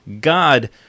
God